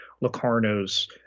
Locarno's